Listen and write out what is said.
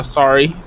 sorry